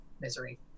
misery